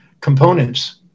components